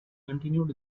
continued